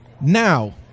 Now